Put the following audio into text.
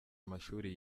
amashuri